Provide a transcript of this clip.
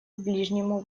ближнему